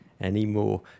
anymore